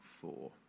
four